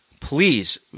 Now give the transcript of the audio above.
please